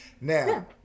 Now